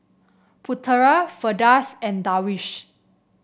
Putera Firdaus and Darwish